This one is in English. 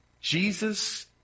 Jesus